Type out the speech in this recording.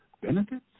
benefits